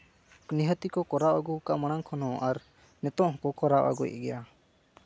ᱱᱤᱦᱟᱹᱛᱤ ᱜᱮᱠᱚ ᱠᱚᱨᱟᱣ ᱟᱹᱜᱩ ᱠᱟᱜ ᱢᱟᱲᱟᱝ ᱠᱷᱚᱱ ᱦᱚᱸ ᱟᱨ ᱱᱤᱛᱚᱝ ᱦᱚᱸᱠᱚ ᱠᱚᱨᱟᱣ ᱟᱹᱜᱩᱭᱮᱫ ᱜᱮᱭᱟ